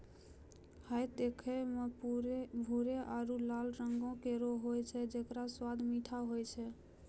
हय देखै म भूरो आरु लाल रंगों केरो होय छै जेकरो स्वाद मीठो होय छै